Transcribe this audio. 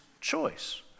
choice